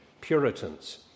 Puritans